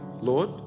Lord